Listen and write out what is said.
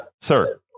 Sir